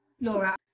Laura